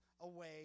away